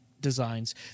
designs